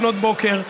לפנות בוקר,